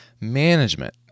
management